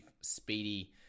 speedy